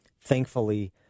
Thankfully